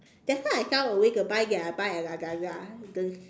that's why I sell away to buy at agak-agak the